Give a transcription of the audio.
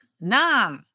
Nah